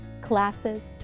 classes